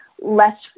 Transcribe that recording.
less